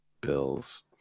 bills